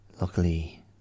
Luckily